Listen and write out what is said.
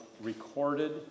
recorded